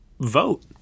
vote